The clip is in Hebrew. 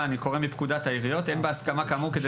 191 מפקודת העיריות אומרת: "אין בהסכמה כאמור כדי